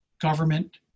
government